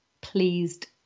pleased